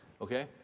Okay